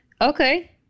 okay